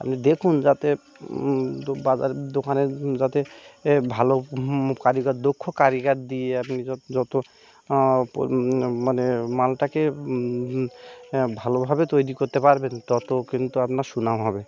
আপনি দেখুন যাতে তো বাজার দোকানে যাতে এ ভালো কারিগর দক্ষ কারিগর দিয়ে আপনি যত যত প মানে মানটাকে ভালোভাবে তৈরি করতে পারবেন তত কিন্তু আপনার সুনাম হবে